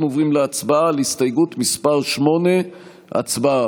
אנחנו עוברים להצבעה על הסתייגות מס' 8. הצבעה.